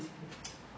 please keep please keep